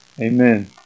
Amen